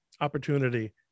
opportunity